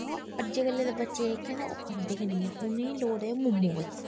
अवा अज्जकलै दे बच्चे जेह्ड़े ओह् खंदे नी हैन उनेंई लोड़दे मोमोस